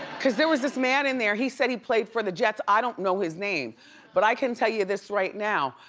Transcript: cause there was this man in there, he said he played for the jets. i don't know his name but i can tell you this right now.